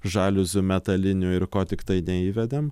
žaliuzių metalinių ir ko tiktai neįvedam